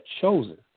chosen